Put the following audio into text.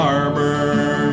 Harbor